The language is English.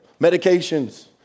medications